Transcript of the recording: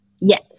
Yes